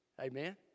Amen